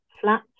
flat